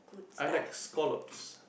I like scallops